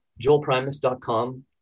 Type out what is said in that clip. joelprimus.com